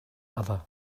other